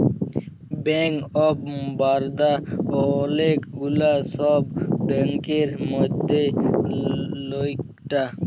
bank of Baroda ওলেক গুলা সব ব্যাংকের মধ্যে ইকটা